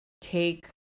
take